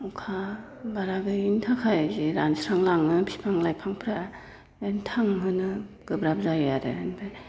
अखा बारा गैयिनि थाखाय रानस्रां लाङो बिफां लाइफांफ्रा बेदिनो थांहोनो गोब्राब जायो आरो ओमफ्राय